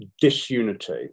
disunity